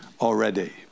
already